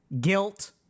guilt